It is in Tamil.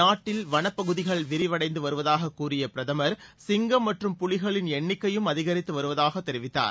நாட்டின் வளப்பகுதிகள் விரிவளடந்து வருவதாகக் கூறிய பிரதமர் சிங்கம் மற்றும் புலிகளின் எண்ணிக்கையும் அதிகரித்து வருவதாக தெரிவித்தார்